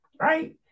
Right